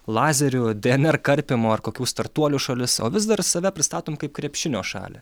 lazerių dnr karpymo ar kokių startuolių šalis o vis dar save pristatom kaip krepšinio šalį